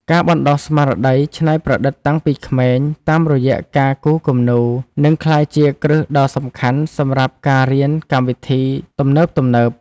ការបណ្តុះស្មារតីច្នៃប្រឌិតតាំងពីនៅក្មេងតាមរយៈការគូរគំនូរនឹងក្លាយជាគ្រឹះដ៏សំខាន់សម្រាប់ការរៀនកម្មវិធីទំនើបៗ។